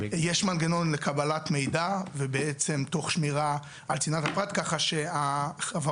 יש מנגנון לקבלת מידע ובעצם תוך שמירה על צנעת הפרט ככה שהחברות